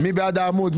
מי בעד העמוד?